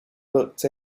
looked